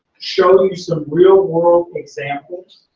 show you some real world examples,